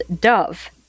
dove